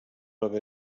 haver